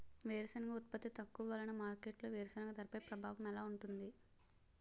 వేరుసెనగ ఉత్పత్తి తక్కువ వలన మార్కెట్లో వేరుసెనగ ధరపై ప్రభావం ఎలా ఉంటుంది?